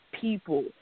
people –